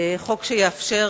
חוק שיאפשר